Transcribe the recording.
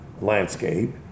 landscape